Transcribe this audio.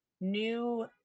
new